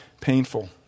painful